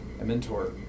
mentor